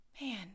man